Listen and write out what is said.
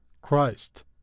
christ